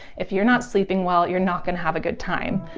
if you're not sleeping well you're not going to have a good time.